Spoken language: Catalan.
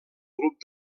grup